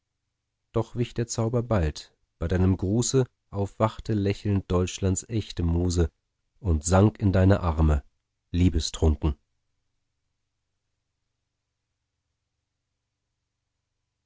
doch wich der zauber bald bei deinem gruße aufwachte lächelnd deutschlands echte muse und sank in deine arme